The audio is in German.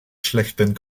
schlechten